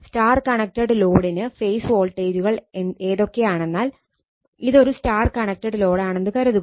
Y connected ലോഡിന് phase വോൾട്ടേജുകൾ ഏതൊക്കെയാണെന്നാൽ ഇതൊരു Y കണക്റ്റഡ് ലോഡ് ആണെന്ന് കരുതുക